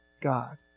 God